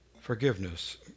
Forgiveness